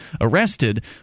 arrested